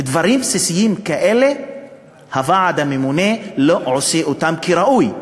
דברים בסיסיים כאלה הוועדה הממונה לא עושה כראוי,